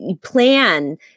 plan